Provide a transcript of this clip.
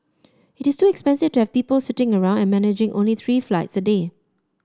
it is too expensive to have people sitting around and managing only three flights a day